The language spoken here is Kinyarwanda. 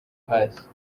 hasi